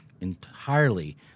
entirely